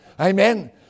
Amen